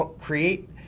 create